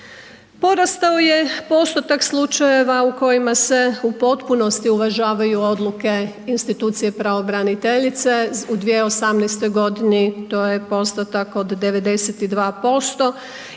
Porastao je postotak slučajeva u kojima se u potpunosti uvažavaju odluke institucije pravobraniteljice. U 2018. g. to je postotak od 92%.